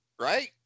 right